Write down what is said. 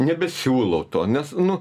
nebesiūlau to nes nu